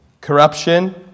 Corruption